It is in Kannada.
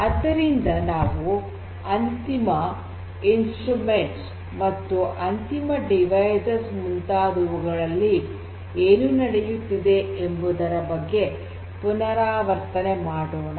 ಆದ್ದರಿಂದ ನಾವು ಅಂತಿಮ ಉಪಕರಣಗಳು ಮತ್ತು ಅಂತಿಮ ಸಾಧನಗಳು ಮುಂತಾದವುಗಳಲ್ಲಿ ಏನು ನಡೆಯುತ್ತದೆ ಎಂಬುದರ ಬಗ್ಗೆ ಪುನರಾವರ್ತನೆ ಮಾಡೋಣ